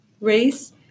race